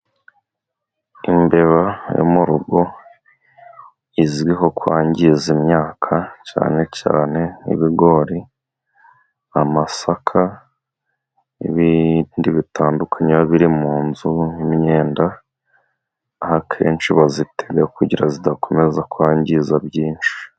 Imbeba yo mu rugo izwiho kwangiza imyaka, cyane cyane nk'ibigori ,amasaka, n'ibindi bitandukanye biba biri mu nzu nk'imyenda, aho akenshi bazitega kugira zidakomeza kwangiza byinshi.